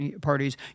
parties